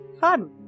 fun